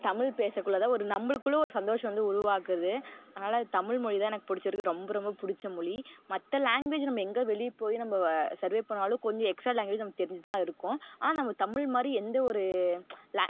தமிழ் பேசக்குள்ளே தான் ஒரு நம்மளுக்குள்ள ஒரு சந்தோஷம் வந்து உருவாகுது அதனால் அது தமிழ் மொழிதான் எனக்கு பிடிச்சிருக்கு ரொம்ப ரொம்ப பிடிச்ச மொழி மற்ற லாங்வேஜ் நம்ம எங்கே வெளியே போய் நம்ம சர்வே பண்ணாலும் கொஞ்சம் எக்ஸ்ட்ரா லாங்வேஜ் நமக்கு தெரிஞ்சுதான் இருக்கும் ஆனால் நம்ம தமிழ் மாதிரி எந்தவொரு